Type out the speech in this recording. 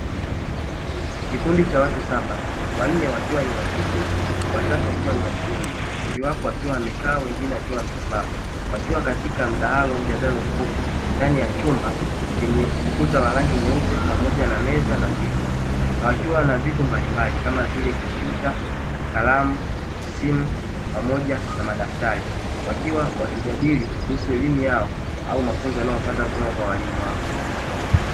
Kikundi cha watu saba, (wanne wakiwa ni wa kike, watatu wakiwa ni wakiume). Wengi wapo wakiwa wamekaa wengine wakiwa wamesimama, wakiwa katika mdahalo au mjadala mfupi, ndani ya chumba chenye ukuta wa rangi nyeupe, pamoja na meza na viti; wakiwa na vitu mbalimbali kama vile komputa, kalamu, simu pamoja na madaftari, wakiwa wakijadili kuhusu elimu yao, au mafunzo wanayopata kutoka kwa walimu wao.